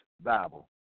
Bible